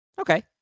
Okay